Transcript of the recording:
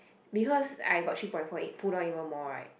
because I got three point four eight pull down even more right